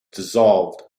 dissolved